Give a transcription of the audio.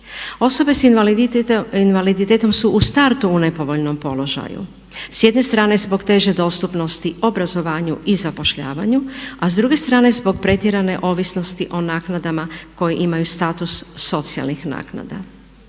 Osobe s invaliditetom su u startu u nepovoljnom položaju. S jedne strane zbog teže dostupnosti obrazovanju i zapošljavanju, a s druge strane zbog pretjerane ovisnosti o naknadama koje imaju status socijalnih naknada.